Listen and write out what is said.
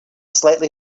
slightly